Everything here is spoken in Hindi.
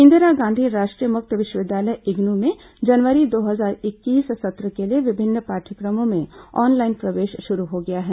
इंदिरा गांधी राष्ट्रीय मुक्त विश्वविद्यालय इग्नू में जनवरी दो हजार इक्कीस सत्र के लिए विभिन्न पाठ्यक्रमों में ऑनलाइन प्रवेश शुरू हो गया है